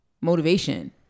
motivation